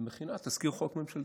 ומכינה תזכיר חוק ממשלתי.